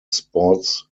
sports